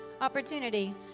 opportunity